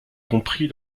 compris